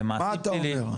מה אתה אומר.